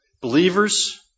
Believers